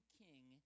king